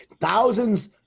Thousands